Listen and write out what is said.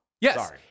Yes